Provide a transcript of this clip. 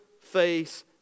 face